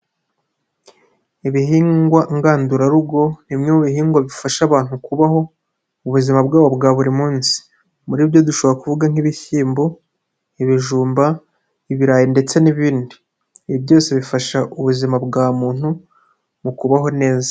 Ibihingwa ngandurarugo bimwe mu bihingwa bifasha abantu kubaho ubuzima bwabo bwa buri munsi muri ibyo dushobora kuvuga nk'ibishyimbo, ibijumba, ibirayi ndetse n'ibindi, ibi byose bifasha ubuzima bwa muntu mu kubaho neza.